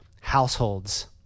households